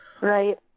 Right